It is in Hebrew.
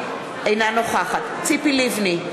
אינה נוכחת ציפי לבני,